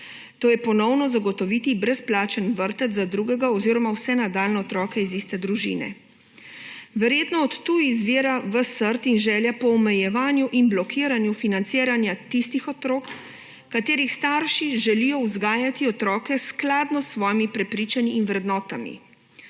to je ponovno zagotoviti brezplačen vrtec za drugega oziroma vse nadaljnje otroke iz iste družine. Verjetno od tu izvira ves strd in želja po omejevanju in blokiranju financiranja tistih otrok, katerih starši želijo vzgajati otroke skladno s svojimi prepričanji in vrednotami.